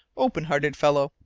open-hearted fellow,